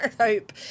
hope